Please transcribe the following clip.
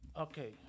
Okay